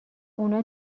اونا